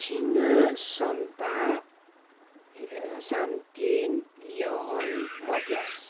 छिना सम्ता साम्तेन योहन मत्यास